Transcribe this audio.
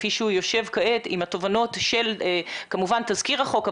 כפי שהוא יושב כעת עם התובנות של תזכיר החוק,